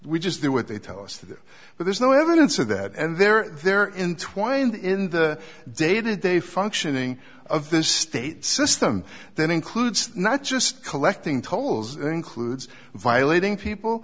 we just do what they tell us that but there's no evidence of that and they're there in twined in the day to day functioning of this state system that includes not just collecting tolls includes violating people